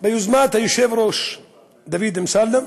ביוזמת היושב-ראש דוד אמסלם,